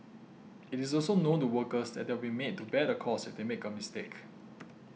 it is also known to workers that they will be made to bear the cost if they make a mistake